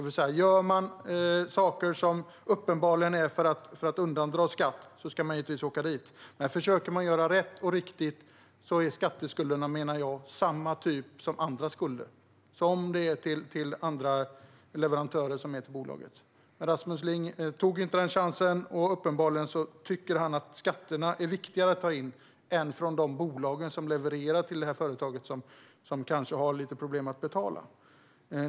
Om man gör saker för att uppenbarligen undandra skatt ska man givetvis åka dit, men om man försöker göra rätt och riktigt menar jag att skatteskulderna är av samma typ som andra skulder, såsom skulder till bolagets leverantörer. Rasmus Ling tog inte den chansen. Uppenbarligen tycker han att skatterna är viktigare att ta in än skulderna från de bolag som levererar till företag som har lite problem med att betala.